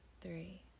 three